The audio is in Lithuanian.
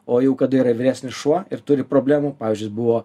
o jau kada yra vyresnis šuo ir turi problemų pavyzdžiui jis buvo